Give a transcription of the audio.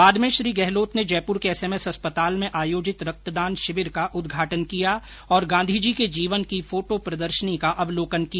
बाद में श्री गहलोत ने जयपुर के एसएमएस अस्पताल में आयोजित रक्तदान शिविर का उद्घाटन किया और गांधीजी के जीवन की फोटोप्रदर्शनी का अवलोकन किया